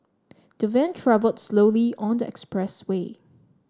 the van travelled slowly on the express way